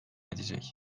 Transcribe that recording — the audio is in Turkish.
edecek